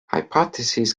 hypotheses